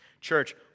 Church